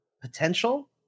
potential